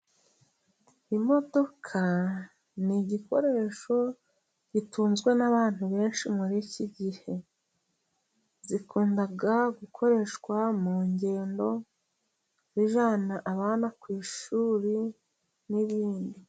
Imodoka ni igikoresho gitunzwe n'abantu benshi muri iki gihe, zikunda gukoreshwa mu ngendo zijyana abana ku ishuri, n'ibindi.